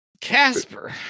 Casper